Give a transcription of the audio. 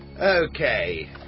Okay